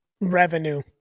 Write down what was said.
revenue